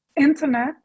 Internet